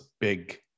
big